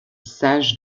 sage